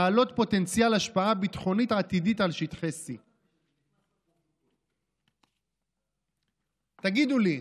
בעלי פוטנציאל השפעה ביטחונית עתידית על שטחי C". תגידו לי,